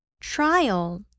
trial